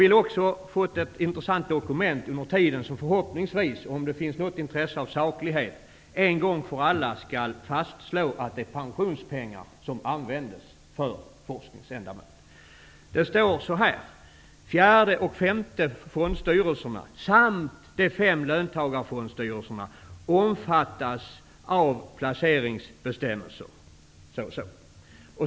Jag har fått ett intressant dokument som förhoppningsvis, om det finns något intresse av saklighet, en gång för alla skall fastslå att det är pensionspengar som används för forskningsändamål. Det står så här: Fjärde och femte fondstyrelserna samt de fem löntagarfondsstyrelserna omfattas av placeringsbestämmelser.